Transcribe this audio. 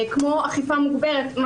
כמו אכיפה מוגברת,